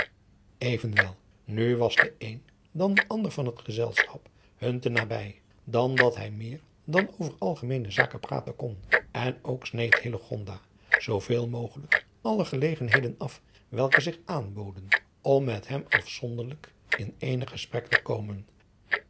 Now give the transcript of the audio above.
evenwel nu was de een dan de ander van het gezelschap hun te nabij dan dat hij meer dan over algemeene zaken praten kon en ook sneed hillegonda zooveel mogelijk alle gelegenheden af welke zich aanboden om met hem afzonderlijk in eenig gesprek te komen